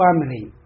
family